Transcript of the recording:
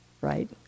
right